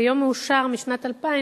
זה יום מאושר משנת 2000,